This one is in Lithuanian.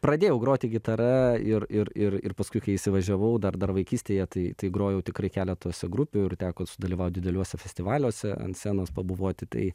pradėjau groti gitara ir ir ir ir paskui kai įsivažiavau dar dar vaikystėje tai tai grojau tikrai keletose grupių ir teko sudalyvaut dideliuose festivaliuose ant scenos pabuvoti tai